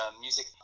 music